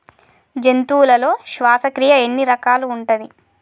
జంతువులలో శ్వాసక్రియ ఎన్ని రకాలు ఉంటది?